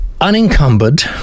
unencumbered